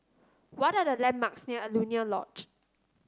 what are the landmarks near Alaunia Lodge